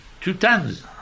Two-tons